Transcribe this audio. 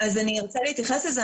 אני רוצה להתייחס לזה,